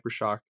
Hypershock